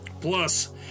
Plus